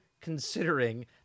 considering